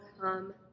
come